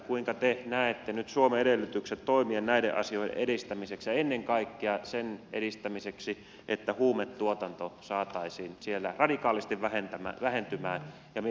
kuinka te näette nyt suomen edellytykset toimia näiden asioiden edistämiseksi ja ennen kaikkea sen edistämiseksi että huumetuotanto saataisiin siellä radikaalisti vähentymään ja mieluummin jopa loppumaan